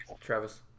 Travis